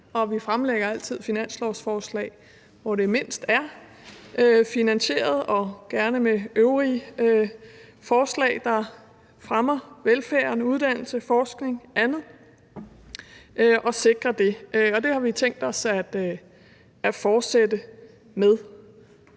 og vi fremlægger altid finanslovsforslag, hvor det mindst er finansieret, og gerne med øvrige forslag, der fremmer velfærd, uddannelse, forskning og andet og sikrer det, og det har vi tænkt os at fortsætte med.